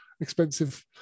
expensive